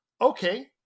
Okay